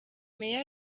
meya